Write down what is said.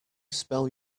spell